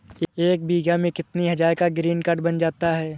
एक बीघा में कितनी हज़ार का ग्रीनकार्ड बन जाता है?